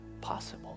possible